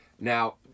Now